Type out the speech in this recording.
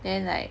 then like